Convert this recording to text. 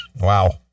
Wow